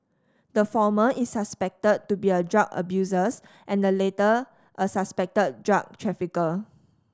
the former is suspected to be a drug abusers and the latter a suspected drug trafficker